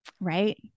right